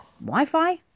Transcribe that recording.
Wi-Fi